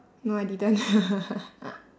no I didn't lah